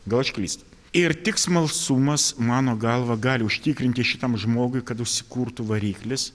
gal aš klystu ir tik smalsumas mano galva gali užtikrinti šitam žmogui kad užsikurtų variklis